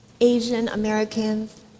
Asian-Americans